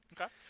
Okay